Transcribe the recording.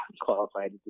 qualified